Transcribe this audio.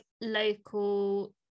local